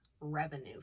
revenue